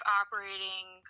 operating